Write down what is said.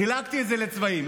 חילקתי את זה לצבעים.